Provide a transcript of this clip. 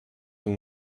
too